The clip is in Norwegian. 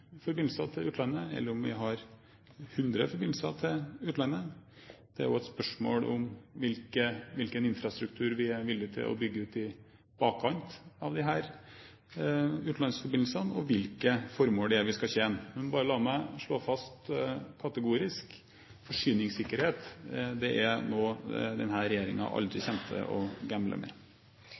forbindelser til utlandet, eller om vi har 100 forbindelser til utlandet. Det er også et spørsmål om hvilken infrastruktur vi er villig til å bygge ut i bakkant av disse utenlandsforbindelsene, og hvilke formål det er vi skal tjene. Men bare la meg slå fast kategorisk: Forsyningssikkerhet er noe denne regjeringen aldri kommer til å gamble med.